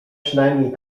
przynajmniej